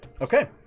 Okay